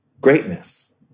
greatness